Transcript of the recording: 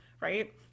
right